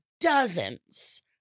dozens